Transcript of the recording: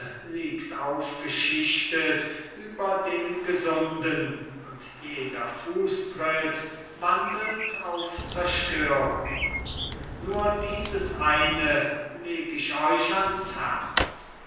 liegt aufgeschichtet über dem gesunden und jeder fußtritt wandelt auf zerstörung nur dieses eine leg ich euch ans herz